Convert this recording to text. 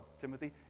Timothy